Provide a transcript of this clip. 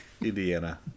Indiana